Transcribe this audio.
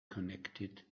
connected